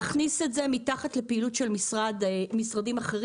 אני יודעת שרוצים להכניס את זה מתחת לפעילות של משרדים אחרים.